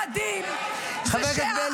מה שמדהים -- חבר הכנסת בליאק.